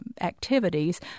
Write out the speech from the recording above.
activities